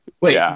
Wait